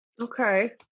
Okay